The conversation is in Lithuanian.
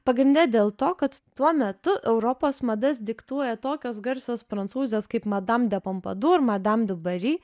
pagrinde dėl to kad tuo metu europos madas diktuoja tokios garsios prancūzės kaip madam de pompadur madam du bari